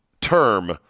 term